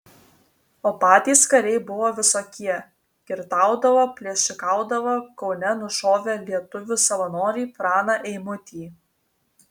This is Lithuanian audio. o patys kariai buvo visokie girtaudavo plėšikaudavo kaune nušovė lietuvių savanorį praną eimutį